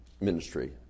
ministry